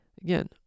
Again